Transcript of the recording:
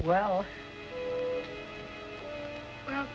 well well